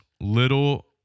little